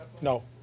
No